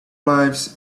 lives